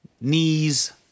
knees